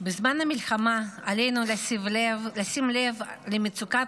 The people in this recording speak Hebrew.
בזמן המלחמה עלינו לשים לב למצוקה